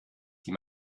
die